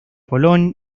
colón